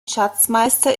schatzmeister